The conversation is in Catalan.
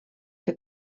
que